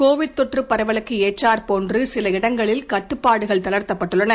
Covid தொற்று பரவலுக்கு ஏற்றாற்போன்று சில இடங்களில் கட்டுப்பாடுகள் தளர்த்தப்பட்டுள்ளன